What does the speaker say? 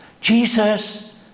Jesus